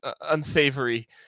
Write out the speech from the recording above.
unsavory